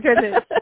goodness